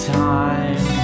time